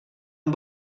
amb